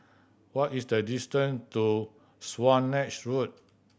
what is the distance to Swanage Road